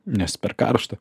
nes per karšta